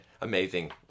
Amazing